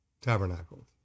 tabernacles